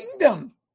kingdom